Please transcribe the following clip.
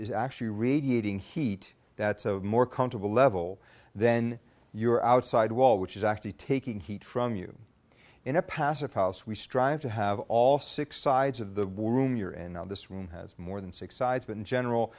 is actually radiating heat that's a more comfortable level then you're outside wall which is actually taking heat from you in a passive house we strive to have all six sides of the womb you're in this room has more than six sides but in general